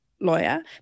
lawyer